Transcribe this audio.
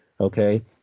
okay